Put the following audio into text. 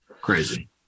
Crazy